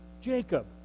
Jacob